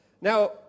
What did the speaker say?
Now